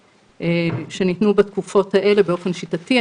שניתנו בתקופות האלה באופן שיטתי.